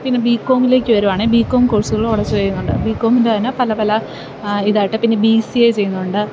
പിന്നെ ബി കോമിലേക്കു വരുവാണെങ്കില് ബി കോം കോഴ്സുകളും അവിടെ ചെയ്യുന്നുണ്ട് ബി കോമിൻ്റെ തന്നെ പല പല ഇതായിട്ട് പിന്നെ ബി സി എ ചെയ്യുന്നുണ്ട്